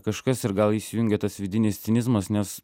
kažkas ir gal įsijungia tas vidinis cinizmas nes